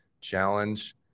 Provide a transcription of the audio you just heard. challenge